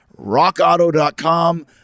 RockAuto.com